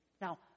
Now